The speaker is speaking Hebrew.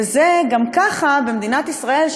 וזה גם ככה במדינת ישראל,